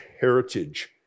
heritage